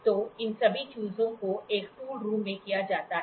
तो इन सभी चीजों को एक टूल रूम में किया जाता है